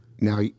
Now